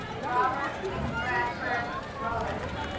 robert bradford rowledge